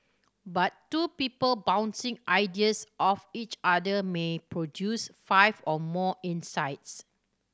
but two people bouncing ideas off each other may produce five or more insights